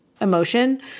emotion